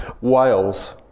Wales